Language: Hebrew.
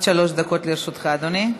עד שלוש דקות לרשותך, אדוני.